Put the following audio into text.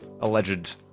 alleged